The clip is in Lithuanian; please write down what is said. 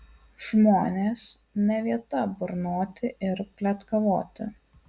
žmonės ne vieta burnoti ir pletkavoti